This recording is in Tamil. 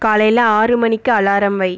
காலையில் ஆறு மணிக்கு அலாரம் வை